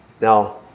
Now